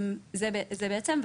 זה מה שהוא עושה בעצם,